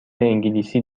انگلیسی